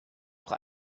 auch